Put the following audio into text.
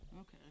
Okay